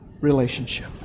relationship